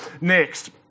next